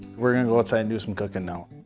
we're going to go outside and do some cookin' now.